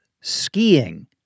skiing